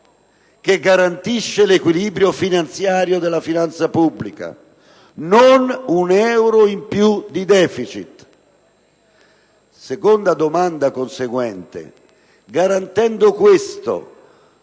che garantisce l'equilibrio finanziario della finanza pubblica. Non un euro in più di deficit. Seconda domanda conseguente: garantendo questo,